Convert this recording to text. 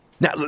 Now